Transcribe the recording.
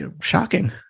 shocking